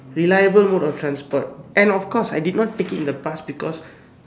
reliable mode of transport and of course I did not take it in the past because